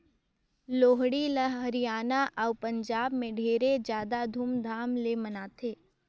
लोहड़ी ल हरियाना अउ पंजाब में ढेरे जादा धूमधाम ले मनाथें